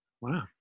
wow